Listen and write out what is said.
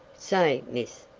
say, miss,